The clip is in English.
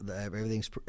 everything's